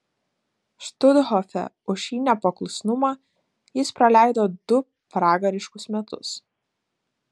štuthofe už šį nepaklusnumą jis praleido du pragariškus metus